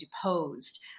deposed